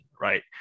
right